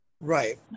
Right